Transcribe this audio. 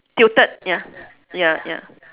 tilted ya ya ya